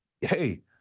hey